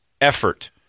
effort